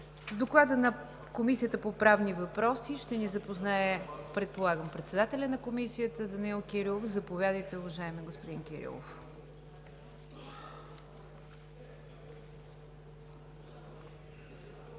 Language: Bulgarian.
С Доклада на Комисията по правни въпроси ще ни запознае председателят на Комисията Данаил Кирилов. Заповядайте, господин Кирилов.